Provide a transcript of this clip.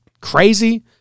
crazy